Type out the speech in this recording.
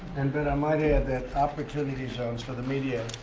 and but i might add that opportunity zones, for the media,